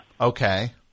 Okay